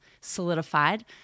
solidified